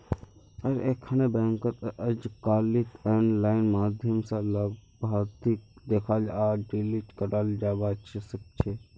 हर एकखन बैंकत अजकालित आनलाइन माध्यम स लाभार्थीक देखाल आर डिलीट कराल जाबा सकेछे